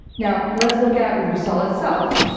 now let's look at rusal itself,